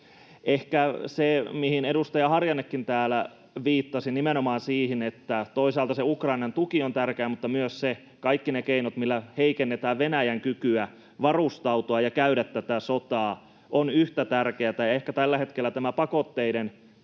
se, mihin edustaja Harjannekin täällä viittasi, että toisaalta se Ukrainan tuki on tärkeä, mutta myös kaikki ne keinot, millä heikennetään Venäjän kykyä varustautua ja käydä tätä sotaa, ovat yhtä tärkeitä. Tällä hetkellä tämä pakotteiden